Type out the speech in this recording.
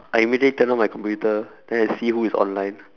I immediately turn on my computer then I see who is online